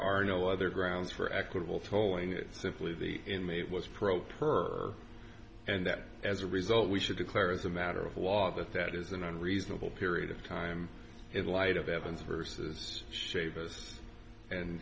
are no other grounds for equitable tolling it's simply the inmate was pro per and as a result we should declare as a matter of law that that is an unreasonable period of time in light of evan's vs shavers and